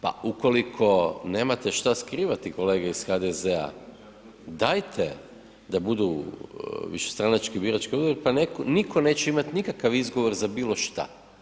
Pa ukoliko nemate šta skrivati kolege iz HDZ-a dajte da budu višestranački birački odbori pa nitko neće imati nikakav izgovor za bilo šta.